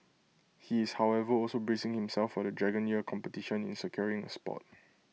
he is however also bracing himself for the dragon year competition in securing A spot